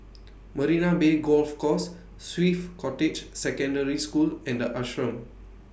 Marina Bay Golf Course Swiss Cottage Secondary School and The Ashram